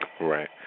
Right